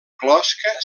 closca